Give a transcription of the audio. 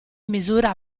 misura